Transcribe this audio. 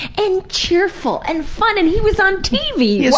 and cheerful and fun and he was on tv!